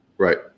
Right